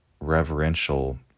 reverential